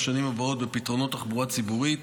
בשנים הבאות בפתרונות תחבורה ציבורית,